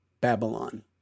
Babylon